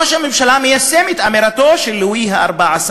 ראש הממשלה מיישם את אמירתו של לואי ה-14: